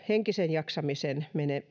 henkiseen jaksamiseen meneviä